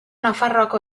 nafarroako